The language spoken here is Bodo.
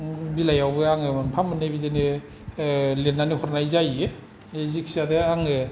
बिलायावबो आङो मोनफा मोननै बिदिनो लिरनानै हरनाय जाहैयो जेखिजाया दा आङो